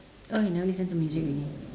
oh he never listen to music already